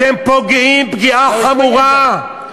למה לא?